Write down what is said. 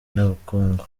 n’ubukungu